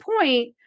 point